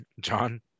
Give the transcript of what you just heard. John